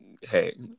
hey